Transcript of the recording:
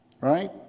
right